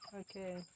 Okay